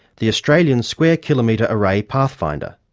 the australian square kilometre array pathfinder.